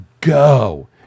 go